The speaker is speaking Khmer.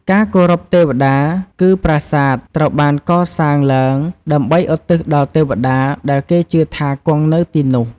ការគោរពទេវតា គឺ ប្រាសាទ ត្រូវបានកសាងឡើងដើម្បីឧទ្ទិសដល់ទេវតា ដែលគេជឿថាគង់នៅទីនោះ។